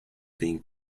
being